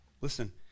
Listen